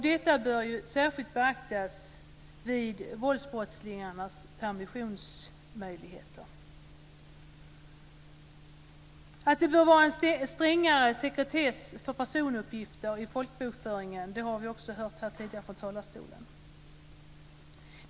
Detta bör särskilt beaktas vid våldsbrottslingarnas permissionsmöjligheter. Att det bör vara en strängare sekretess för personuppgifter i folkbokföringen har vi också hört tidigare från talarstolen.